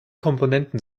komponenten